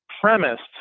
premised